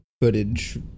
footage